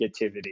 negativity